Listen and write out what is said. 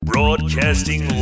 Broadcasting